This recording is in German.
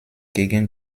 gegen